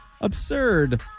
absurd